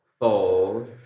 Fold